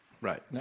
Right